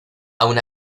aun